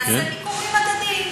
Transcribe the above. נעשה ביקורים הדדית.